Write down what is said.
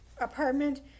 apartment